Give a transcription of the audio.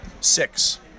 Six